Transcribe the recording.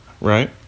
right